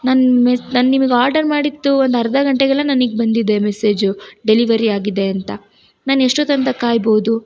ನಾನು ಮೆಸ್ ನಾನು ನಿಮಗೆ ಆರ್ಡರ್ ಮಾಡಿದ್ದು ಒಂದು ಅರ್ಧ ಗಂಟೆಗೆಲ್ಲ ನನಗೆ ಬಂದಿದೆ ಮೆಸೇಜು ಡೆಲಿವರಿ ಆಗಿದೆ ಅಂತ ನಾನು ಎಷ್ಟೊತ್ತು ಅಂತ ಕಾಯ್ಬೋದು